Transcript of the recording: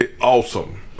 awesome